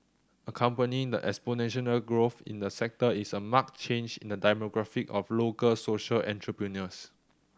accompanying the exponential growth in the sector is a marked change in the demographic of local social entrepreneurs